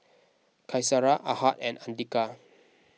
Qaisara Ahad and andika